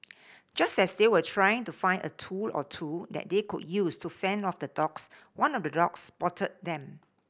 just as they were trying to find a tool or two that they could use to fend off the dogs one of the dogs spotted them